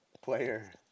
player